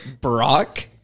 Brock